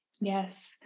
Yes